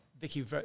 Vicky